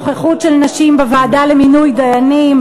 נוכחות של נשים בוועדה למינוי דיינים